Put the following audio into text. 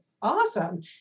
Awesome